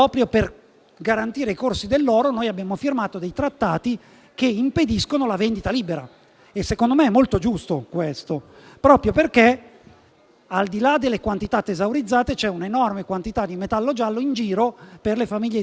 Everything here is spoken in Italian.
per garantire i corsi dell'oro, abbiamo firmato dei trattati che impediscono la vendita libera e secondo me questo è molto giusto, proprio perché, al di là delle quantità tesaurizzate, c'è un'enorme quantità di metallo giallo in giro per le famiglie italiane